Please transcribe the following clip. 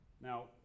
Now